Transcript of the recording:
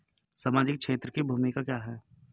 सामाजिक क्षेत्र की भूमिका क्या है?